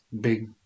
big